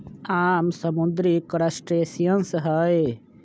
आम समुद्री क्रस्टेशियंस हई